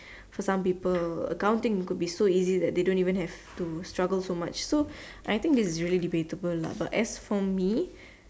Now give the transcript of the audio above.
for some people accounting could be so easy that they don't even have to struggle so much so I think this is really debatable lah as for me